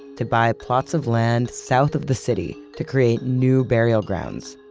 to buy a plots of land south of the city to create new burial grounds,